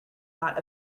not